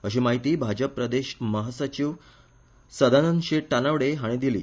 अशी माहिती भाजप प्रदेश महासचीव सदानंद तानावडे हांणी दिली